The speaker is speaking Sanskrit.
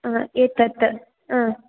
हा एतत् हा